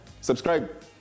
subscribe